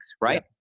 right